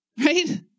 right